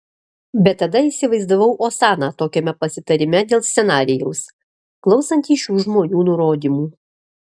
bet tada įsivaizdavau osaną tokiame pasitarime dėl scenarijaus klausantį šių žmonių nurodymų